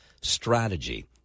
strategy